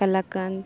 ᱠᱟᱞᱟᱠᱟᱸᱫᱽ